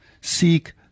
seek